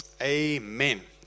amen